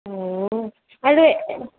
আৰু